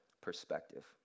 perspective